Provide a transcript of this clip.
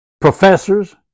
professors